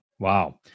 Wow